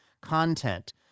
content